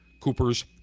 cooper's